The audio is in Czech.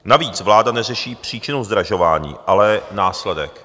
Navíc vláda neřeší příčinu zdražování, ale následek.